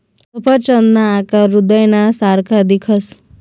सफरचंदना आकार हृदयना सारखा दिखस